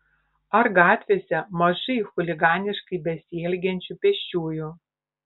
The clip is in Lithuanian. ar gatvėse mažai chuliganiškai besielgiančių pėsčiųjų